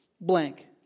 blank